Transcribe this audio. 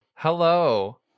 Hello